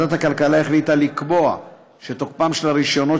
ועדת הכלכלה החליטה לקבוע שתוקפם של הרישיונות